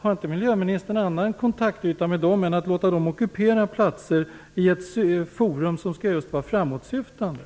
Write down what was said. Har inte miljöministern någon annan kontaktyta med dem än att låta dem ockupera platser i ett forum som skall vara framåtsyftande?